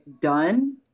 done